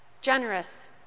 generous